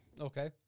Okay